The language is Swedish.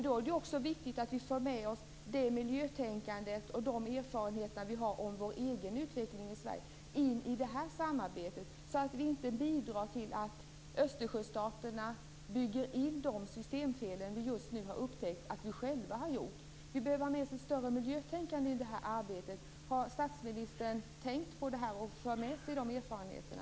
Då är det också viktigt att vi för med oss det miljötänkande och de erfarenheter vi har av vår egen utveckling i Sverige in i detta samarbete, så att vi inte bidrar till att Östersjöstaterna bygger in de systemfel vi just nu har upptäckt att vi själva har gjort. Vi behöver ha med oss ett större miljötänkande i detta arbete. Har statsministern tänkt på detta? För han med sig de erfarenheterna?